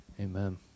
amen